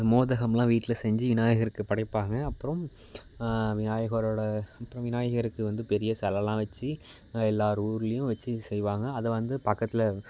மோதகம்லாம் வீட்டில் செஞ்சு விநாயகருக்குப் படைப்பாங்க அப்புறம் விநாயகரோடய அப்புறம் விநாயகருக்கு வந்து பெரிய செலைலாம் வெச்சி எல்லோர் ஊர்லேயும் வெச்சி செய்வாங்க அதை வந்து பக்கத்தில்